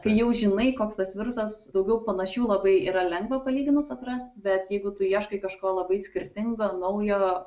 kai jau žinai koks tas virusas daugiau panašių labai yra lengva palyginus atrast bet jeigu tu ieškai kažko labai skirtingo naujo